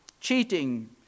Cheating